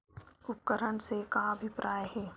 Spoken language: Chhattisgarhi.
उपकरण से का अभिप्राय हे?